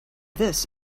this